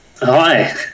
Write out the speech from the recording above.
Hi